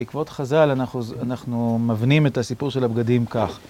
בעקבות חזל אנחנו מבנים את הסיפור של הבגדים כך.